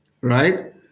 right